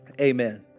amen